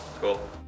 Cool